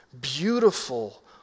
beautiful